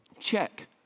Check